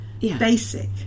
basic